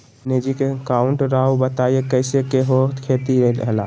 Managing account राव बताएं कैसे के हो खेती ला?